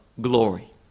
glory